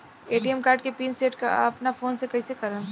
ATM card के PIN set अपना phone से कइसे करेम?